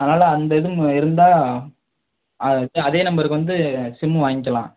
அதனால் அந்த இதுவும் இருந்தால் அதே நம்மருக்கு வந்து சிம்மு வாங்க்கலாம்